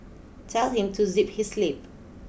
tell him to zip his lip